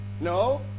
No